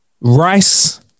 rice